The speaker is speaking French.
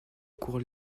cours